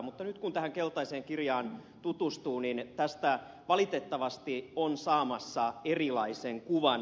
mutta nyt kun tähän keltaiseen kirjaan tutustuu niin tästä valitettavasti on saamassa erilaisen kuvan